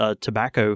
tobacco